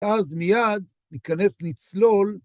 אז מיד ניכנס לצלול.